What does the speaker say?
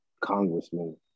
congressman